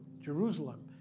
Jerusalem